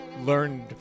learned